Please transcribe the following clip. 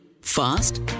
fast